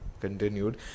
continued